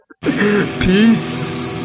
Peace